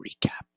recap